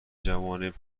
جوانب